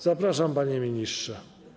Zapraszam, panie ministrze.